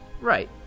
Right